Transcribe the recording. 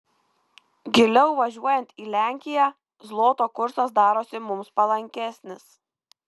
giliau važiuojant į lenkiją zloto kursas darosi mums palankesnis